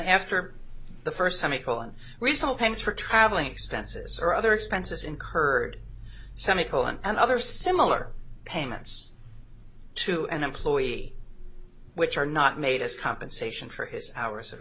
after the first semi colon recent pains for traveling expenses or other expenses incurred semi colon and other similar payments to an employee which are not made as compensation for his hours of